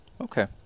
Okay